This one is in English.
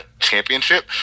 championship